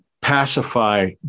pacify